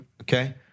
Okay